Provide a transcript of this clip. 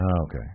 Okay